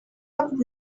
have